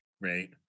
right